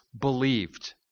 believed